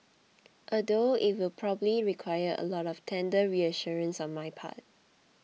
although it will probably require a lot of tender reassurances on my part